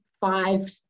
five